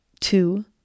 two